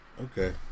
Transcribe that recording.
Okay